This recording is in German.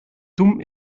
dumm